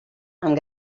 amb